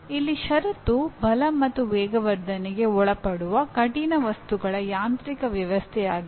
ಇಲ್ಲಿ ಷರತ್ತು ಬಲ ಮತ್ತು ವೇಗವರ್ಧನೆಗೆ ಒಳಪಡುವ ಕಠಿಣ ವಸ್ತುಗಳ ಯಾಂತ್ರಿಕ ವ್ಯವಸ್ಥೆಯಾಗಿದೆ